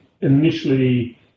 initially